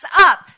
up